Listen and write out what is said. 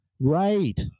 Right